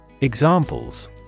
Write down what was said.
Examples